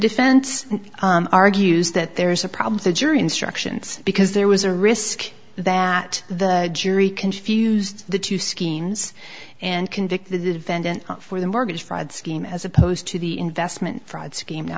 defense argues that there's a problem the jury instructions because there was a risk that the jury confused the two schemes and convict the defendant for the mortgage fraud scheme as opposed to the investment fraud scheme now